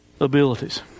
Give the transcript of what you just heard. abilities